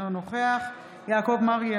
אינו נוכח יעקב מרגי,